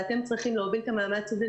ואתם צריכים להוביל את המאמץ הזה,